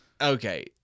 Okay